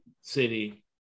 city